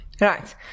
Right